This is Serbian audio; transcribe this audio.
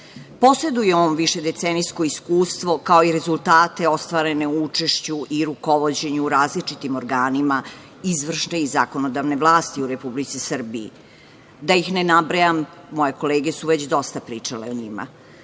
Dačić. Poseduje on više decenijsko iskustvo kao i rezultate ostvarene u učešću i rukovođenju u različitim organima izvršne i zakonodavne vlasti u Republici Srbiji. Da ih ne nabrajam, moje kolege su već dosta pričale o njima.U